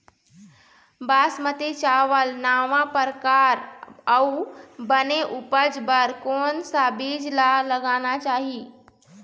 बासमती चावल नावा परकार अऊ बने उपज बर कोन सा बीज ला लगाना चाही?